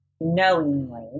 knowingly